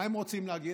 מה הם רוצים להגיד?